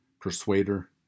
persuader